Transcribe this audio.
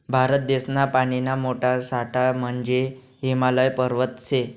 भारत देशना पानीना मोठा साठा म्हंजे हिमालय पर्वत शे